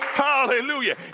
Hallelujah